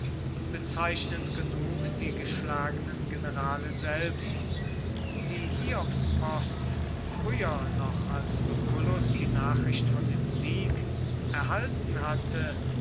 bezeichnend genug die geschlagenen generale selbst die hiobspost früher noch als lucullus die nachricht von dem sieg erhalten hatte